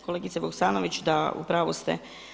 Kolegice Vukasnović da, u pravu ste.